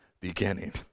beginning